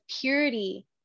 purity